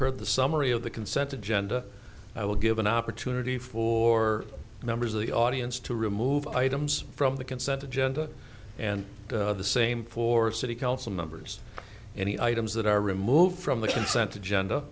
heard the summary of the consent agenda i will give an opportunity for members of the audience to remove items from the consent agenda and the same for city council members any items that are removed from the consent agenda